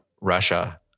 Russia